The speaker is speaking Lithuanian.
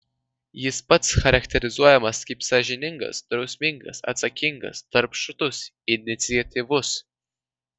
jis pats charakterizuojamas kaip sąžiningas drausmingas atsakingas darbštus iniciatyvus